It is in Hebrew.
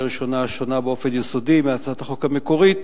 ראשונה שונה באופן יסודי מהצעת החוק המקורית,